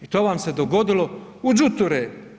I to vam se dogodilo u đuture.